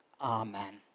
amen